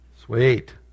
sweet